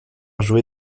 jouer